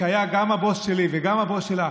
שהיה גם הבוס שלי וגם הבוס שלך,